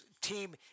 team